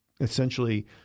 essentially